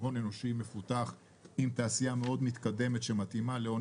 הון אנושי מפותח עם תעשייה מאוד מתקדמת שמתאימה להון